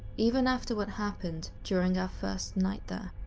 even after what happened during our first night there.